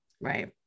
right